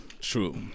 true